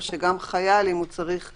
או חייל חולה,